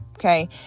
okay